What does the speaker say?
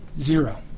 Zero